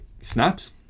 snaps